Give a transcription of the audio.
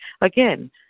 Again